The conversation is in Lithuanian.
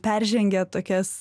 peržengę tokias